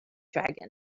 dragon